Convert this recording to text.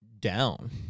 down